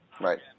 Right